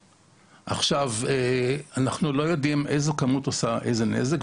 אנחנו לא יודעים איזו כמות עושה איזו נזק,